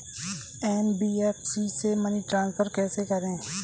NBFC से money transfer कैसे करें?